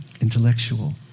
intellectual